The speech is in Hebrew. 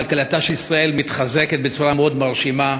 כלכלתה של ישראל מתחזקת בצורה מאוד מרשימה,